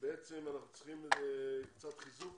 שבעצם אנחנו צריכים קצת חיזוק